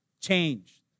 changed